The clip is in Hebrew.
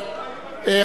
למה לא שר הפנים?